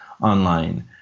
online